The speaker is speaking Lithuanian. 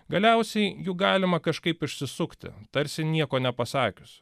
galiausiai juk galima kažkaip išsisukti tarsi nieko nepasakius